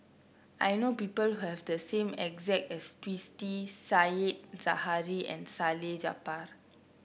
I know people who have the same exact as Twisstii Said Zahari and Salleh Japar